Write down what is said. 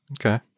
okay